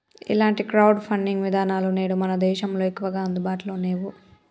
ఇలాంటి crowdfunding విధానాలు నేడు మన దేశంలో ఎక్కువగా అందుబాటులో నేవు